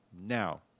Now